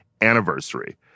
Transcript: anniversary